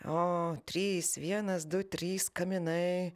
o trys vienas du trys kaminai